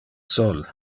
sol